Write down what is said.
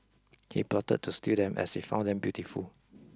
he plotted to steal them as he found them beautiful